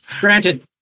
granted